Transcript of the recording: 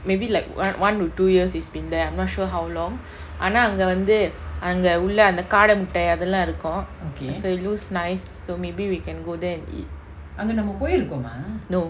maybe like one one to two years it's been there I'm not sure how long ஆனா அங்க வந்து அங்க உள்ள அந்த:aana anga vanthu anga ulla antha kaada முட்ட அதலா இருக்கு:mutta athala iruku so it looks nice so maybe we can go there and eat no